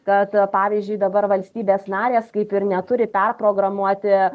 kad pavyzdžiui dabar valstybės narės kaip ir neturi perprogramuoti